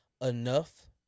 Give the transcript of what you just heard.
enough